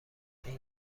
این